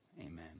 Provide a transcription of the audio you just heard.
Amen